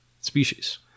species